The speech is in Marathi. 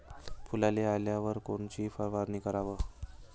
फुलाले आल्यावर कोनची फवारनी कराव?